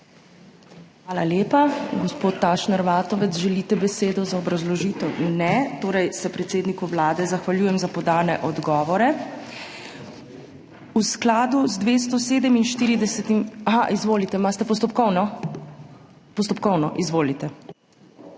Hvala lepa. Gospod Tašner Vatovec, želite besedo za obrazložitev? Ne. Torej se predsedniku Vlade zahvaljujem za podane odgovore. V skladu z 247… /oglašanje iz dvorane/ Izvolite. Imate postopkovno? Postopkovno, izvolite.